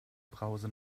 brause